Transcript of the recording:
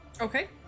Okay